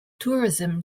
tourism